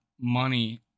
money